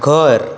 घर